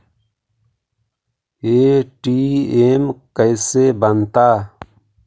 ATM कैसे बनता?